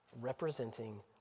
representing